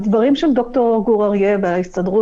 הדברים של ד"ר גור אריה וההסתדרות